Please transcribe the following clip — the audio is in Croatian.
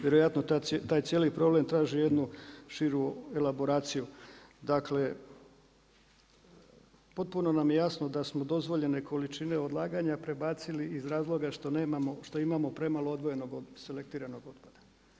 Vjerojatno taj cijeli problem traži jednu širu elaboraciju, dakle potpuno nam je jasno da smo dozvoljene količine odlaganja prebacili iz razloga što imamo premalo odvojenog selektiranog otpada.